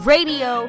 Radio